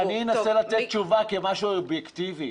אני אנסה לתת תשובה כמישהו אובייקטיבי.